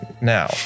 Now